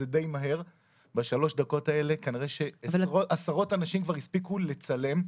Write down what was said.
בשלוש הדקות האלה כנראה שעשרות אנשים הספיקו לצלם.